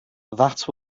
that